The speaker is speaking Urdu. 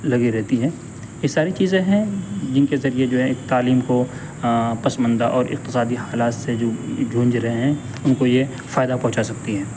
لگی رہتی ہے یہ ساری چیزیں ہیں جن کے ذریعے جو ہے ایک تعلیم کو پسماندہ اور اقتصادی حالات سے جو جھوجھ رہے ہیں ان کو یہ فائدہ پہنچا سکتی ہے